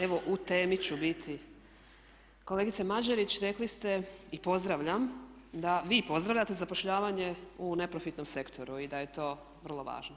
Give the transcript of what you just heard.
Evo u temi ću biti, kolegice Mađerić, rekli ste i pozdravljam da vi pozdravljate zapošljavanje u neprofitnom sektoru i da je to vrlo važno.